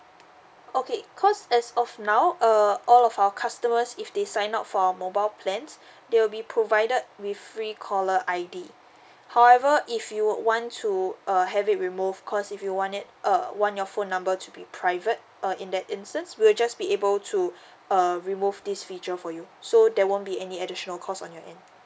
okay cause as of now uh all of our customers if they sign up for our mobile plans they will be provided with free caller I_D however if you would want to uh have it remove cause if you want it uh want your phone number to be private uh in that instance we'll just be able to uh remove this feature for you so there won't be any additional cost on your end